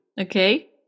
Okay